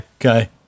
okay